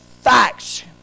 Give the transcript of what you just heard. facts